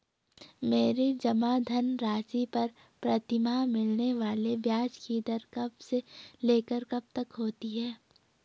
मेरे जमा धन राशि पर प्रतिमाह मिलने वाले ब्याज की दर कब से लेकर कब तक होती है?